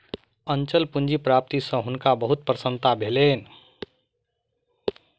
अचल पूंजी प्राप्ति सॅ हुनका बहुत प्रसन्नता भेलैन